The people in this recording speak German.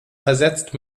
versetzt